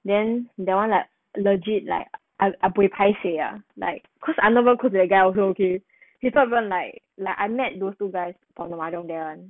then that one like legit like I I very paiseh ah like cause I never call that guy also okay he's not even like like I met those two guys on the mahjong there [one]